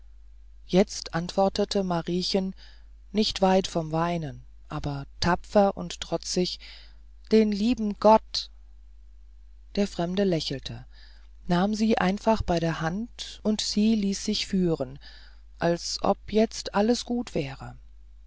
jetzt antwortete mariechen nicht weit vom weinen aber tapfer und trotzig den lieben gott der fremde lächelte nahm sie einfach bei der hand und sie ließ sich führen als ob jetzt alles gut wäre